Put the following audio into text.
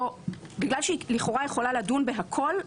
בגלל שהיא לכאורה יכולה לדון בכול,